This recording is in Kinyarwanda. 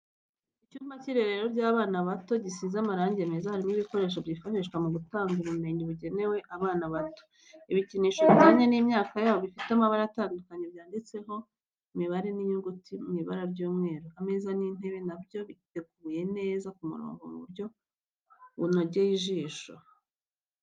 Icyumba cy'irerero ry'abana bato, gisize marangi meza harimo ibikoresho byifashishwa mu gutanga ubumenyi bugenewe abana bato, ibikinisho bijyanye n'imyaka yabo bifite amabara atandukanye byanditseho imibare n'inyuguti mu ibara ry'umweru, ameza n'intebe na byo biteguye neza ku murongo mu buryo bunogeye ijisho.